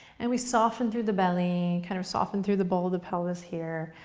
and we soften through the belly, kind of soften through the bowl of the pelvis here.